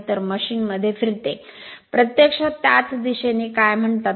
तर मशीन मध्ये फिरते प्रत्यक्षात त्याच दिशेने काय म्हणतात